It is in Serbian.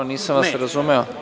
Nisam vas razumeo.